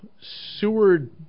Seward